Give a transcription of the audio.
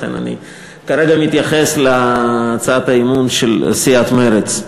לכן אני כרגע מתייחס להצעת האי-אמון של סיעת מרצ.